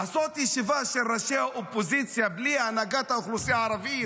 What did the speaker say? לעשות ישיבה של ראשי האופוזיציה בלי הנהגת האוכלוסייה הערבית,